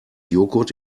joghurt